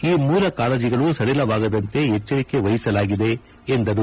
ಈ ಮೂಲ ಕಾಳಜಿಗಳು ಸಡಿಲವಾಗದಂತೆ ಎಚ್ನರಿಕೆ ವಹಿಸಲಾಗಿದೆ ಎಂದರು